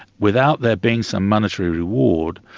without there being some monetary reward,